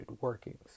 workings